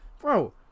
Bro